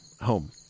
Home